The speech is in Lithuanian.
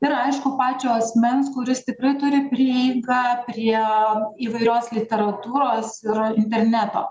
ir aišku pačio asmens kuris tikrai turi prieigą prie įvairios literatūros ir interneto